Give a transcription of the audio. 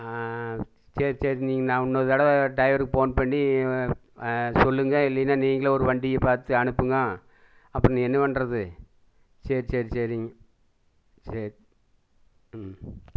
சரி சரி நீங்கள் நான் இன்னோரு தடவை டைவருக்கு போன் பண்ணி சொல்லுங்க இல்லைனா நீங்கள் ஒரு வண்டியை பார்த்து அனுப்புங்க அப்றம் என்ன பண்ணுறது சரி சரி சரிங்க சரி